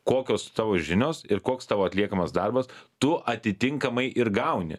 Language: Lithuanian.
kokios tavo žinios ir koks tavo atliekamas darbas tu atitinkamai ir gauni